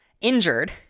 injured